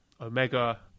Omega